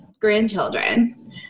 grandchildren